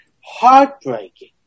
heartbreaking